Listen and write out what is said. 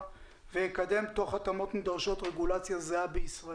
ויקדם תוך התאמות נדרשות רגולציה זהה בישראל.